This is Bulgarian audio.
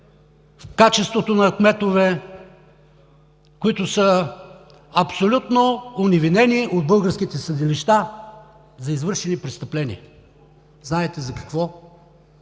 в качеството на кметове, които са абсолютно оневинени от българските съдилища за извършени престъпления – знаете за какво